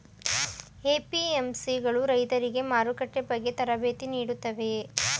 APMC ಗಳು ರೈತರಿಗೆ ಮಾರುಕಟ್ಟೆ ಬಗ್ಗೆ ತರಬೇತಿ ನೀಡುತ್ತವೆಯೇ?